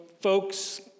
folks